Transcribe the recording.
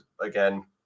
again